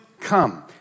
come